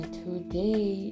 today